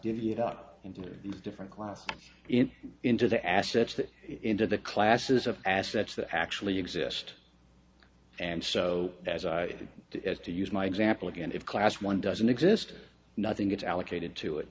into these different class in into the assets that into the classes of assets that actually exist and so as i to use my example again if class one doesn't exist nothing gets allocated to it